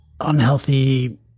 unhealthy